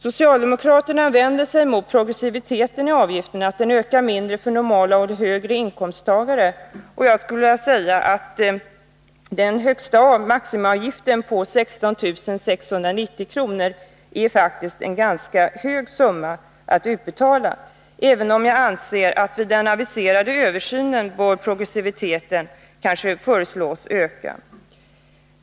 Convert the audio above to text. Socialdemokraterna vänder sig mot progressiviteten i avgifterna, att den ökar mindre för normala och högre inkomsttagare. Jag skulle vilja säga: Maximiavgiften på 16 690 kr. är faktiskt en ganska hög summa att betala, även om jag anser att progressiviteten vid den aviserade översynen kanske bör föreslås öka.